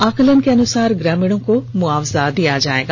आकलन के अनुसार ग्रामीणों को मुआवजा दिया जाएगा